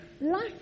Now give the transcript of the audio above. life